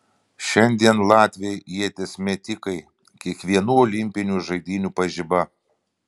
šiandien latviai ieties metikai kiekvienų olimpinių žaidynių pažiba